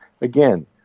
again